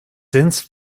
since